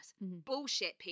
Bullshit